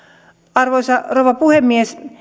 arvoisa rouva puhemies